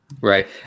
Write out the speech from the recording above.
Right